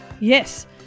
yes